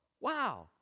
wow